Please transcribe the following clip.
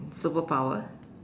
superpower